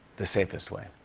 the safety way.